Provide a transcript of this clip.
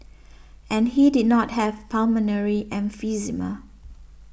and he did not have pulmonary emphysema